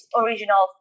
original